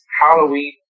Halloween